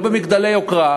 לא במגדלי יוקרה.